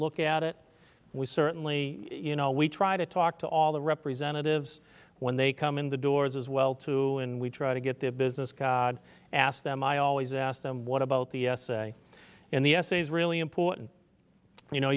look at it we certainly you know we try to talk to all the representatives when they come in the doors as well to and we try to get the business ask them i always ask them what about the essay in the essay is really important you know